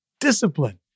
discipline